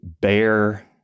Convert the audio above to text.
bear